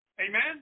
Amen